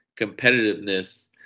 competitiveness